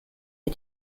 wir